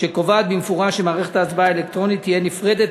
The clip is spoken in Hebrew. שקובעת במפורש שמערכת ההצבעה האלקטרונית תהיה נפרדת